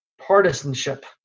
partisanship